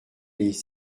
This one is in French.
lès